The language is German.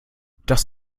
dass